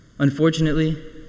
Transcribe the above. Unfortunately